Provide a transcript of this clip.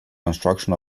construction